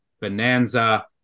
bonanza